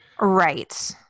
Right